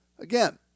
again